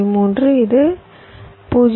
3 இது 0